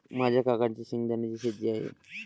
माझ्या काकांची शेंगदाण्याची शेती आहे